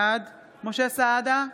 בעד משה סעדה,